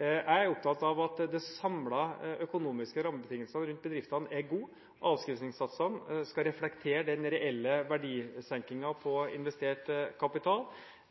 Jeg er opptatt av at de samlede økonomiske rammebetingelsene rundt bedriftene er gode. Avskrivningssatsene skal reflektere den reelle verdisenkningen på investert kapital,